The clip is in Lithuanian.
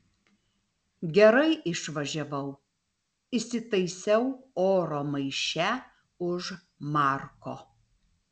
gerai išvažiavau įsitaisiau oro maiše už marko